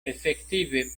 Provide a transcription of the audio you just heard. efektive